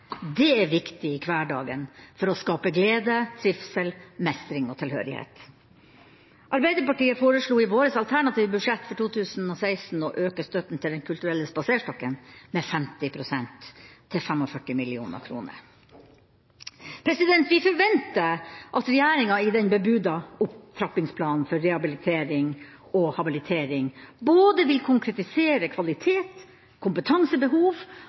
er viktig i hverdagen for å skape glede, trivsel, mestring og tilhørighet. Arbeiderpartiet foreslo i vårt alternative budsjett for 2016 å øke støtten til Den kulturelle spaserstokken med 50 pst., til 45 mill. kr. Vi forventer at regjeringa i den bebudede opptrappingsplanen for rehabilitering og habilitering vil konkretisere både kvalitet, kompetansebehov